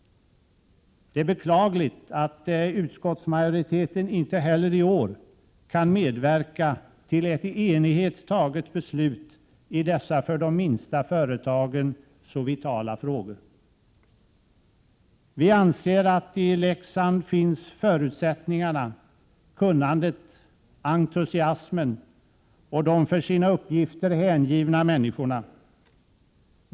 Det är beklagligt att utskottsmajoriteten inte heller i år kan medverka till ett i enighet fattat beslut i dessa för de minsta företagarna så vitala frågor. Vi anser att i Leksand finns förutsättningarna, kunnandet, entusiasmen och de för sina uppgifter hängivna människorna.